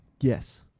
Yes